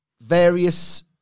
Various